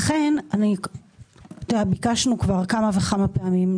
לכן ביקשנו כבר כמה וכמה פעמים,